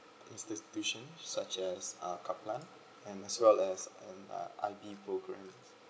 institutions such as uh kaplan and as well as an uh I_B program